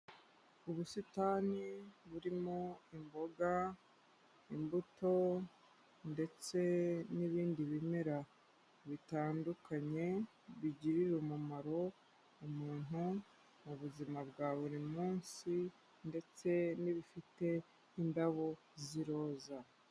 Ubusitani burimo imboga, imbuto, ndetse n'ibindi bimera bitandukanye, bigirira umumaro umuntu mu buzima bwa buri munsi, ndetse n'ibifite indabo z'iroza.